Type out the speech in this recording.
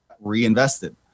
reinvested